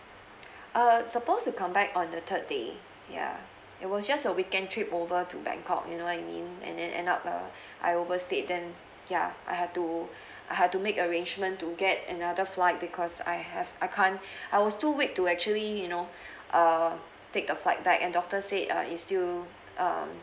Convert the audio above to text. err supposed to come back on the third day ya it was just a weekend trip over to bangkok you know what I mean and then end up uh I overstayed then ya I have to I have to make arrangement to get another flight because I have I can't I was too weak to actually you know err take the flight back and doctor say uh is still um